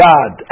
God